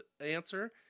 answer